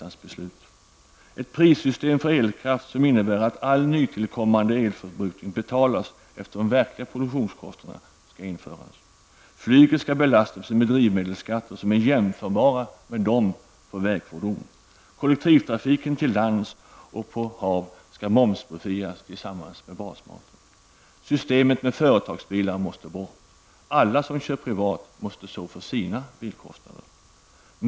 Ett prissystem för elkraft, som innebär att all nytillkommande elförbrukning betalas i förhållande till de verkliga produktionskostnaderna, skall införas. Flyget skall belastas med drivmedelsskatter som är jämförbara med dem som gäller för vägfordon. Systemet med företagsbilar måste bort. Alla som kör privat måste stå för sina bilkostnader.